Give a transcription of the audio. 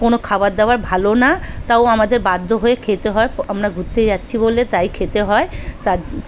কোনো খাবার দাবার ভালো না তাও আমাদের বাধ্য হয়ে খেতে হয় আমরা ঘুরতে যাচ্ছি বলে তাই খেতে হয় তা